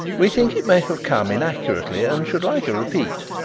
we think it may have come inaccurately and should like a repeat.